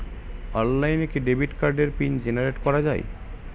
অনলাইনে কি ডেবিট কার্ডের পিন জেনারেট করা যায়?